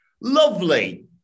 Lovely